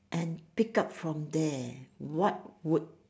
and pick up from there what would